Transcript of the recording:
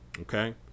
okay